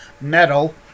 metal